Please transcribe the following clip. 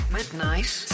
Midnight